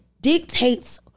dictates